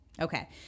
Okay